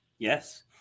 Yes